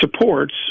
supports